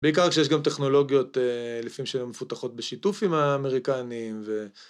בעיקר כשיש גם טכנולוגיות לפעמים שלא מפותחות בשיתוף עם האמריקניים ו...